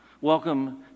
welcome